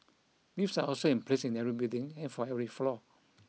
lifts are also in place in every building and for every floor